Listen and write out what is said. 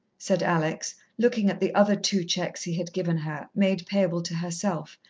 said alex, looking at the other two cheques he had given her, made payable to herself,